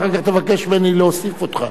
אחר כך תבקש ממני להוסיף אותך,